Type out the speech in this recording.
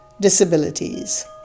disabilities